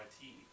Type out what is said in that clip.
tea